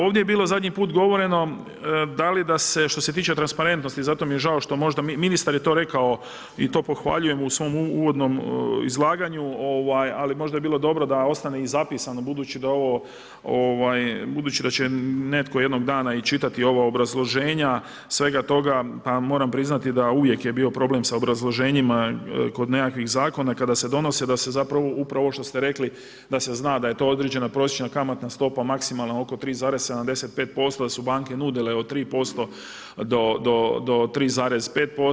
Ovdje je bilo zadnji put govoreno da li da se, što se tiče transparentnosti, zato mi je žao što možda ministar je to rekao i to pohvaljujem u svom uvodnom izlaganju, ali možda bi bilo dobro da ostane i zapisano budući da će netko jednog dana i čitati ova obrazloženja svega toga pa moram priznati da uvijek je bio problem sa obrazloženjima kod nekakvih zakona kada se donose, da se zapravo upravo ovo što ste rekli da se zna da je to određena prosječna kamatna stopa maksimalna oko 3,75% da su banke nudile 3% do 3,5%